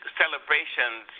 celebrations